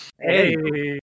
Hey